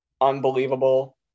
unbelievable